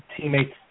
teammates